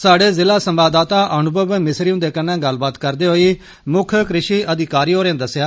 साहड़े जिला संवाददाता अनुभव मिसरी हुन्दे कन्नै गल्लबात करदे होई मुक्ख कृषि अधिकारी होरें दस्सेआ